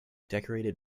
decorated